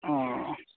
हॅं